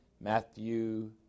Matthew